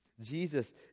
Jesus